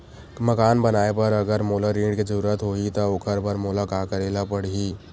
मकान बनाये बर अगर मोला ऋण के जरूरत होही त ओखर बर मोला का करे ल पड़हि?